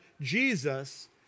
Jesus